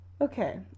Okay